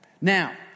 Now